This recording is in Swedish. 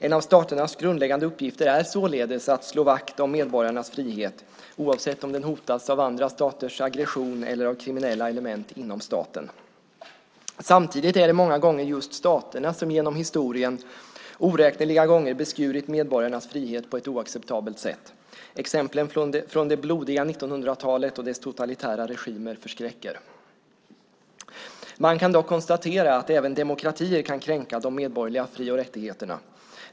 En av staternas grundläggande uppgifter är således att slå vakt om medborgarnas frihet, oavsett om den hotas av andra staters aggression eller av kriminella element inom staten. Samtidigt är det många gånger just staterna som genom historien oräkneliga gånger har beskurit medborgarnas frihet på ett oacceptabelt sätt. Exemplen från det blodiga 1900-talet och dess totalitära regimer förskräcker. Man kan dock konstatera att även demokratier kan kränka de medborgerliga fri och rättigheterna.